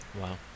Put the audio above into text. Wow